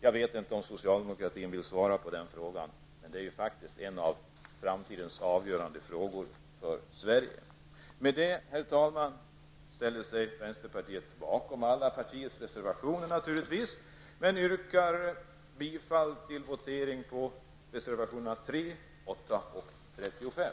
Jag vet inte om socialdemokratin vill svara på de frågorna, men det är faktiskt frågor av avgörande betydelse för Sverige. Med det, herr talman, ställer sig vänsterpartiet naturligtvis bakom alla partiets reservationer men yrkar för votering bifall till reservationerna 3, 8 och